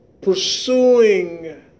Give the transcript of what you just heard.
pursuing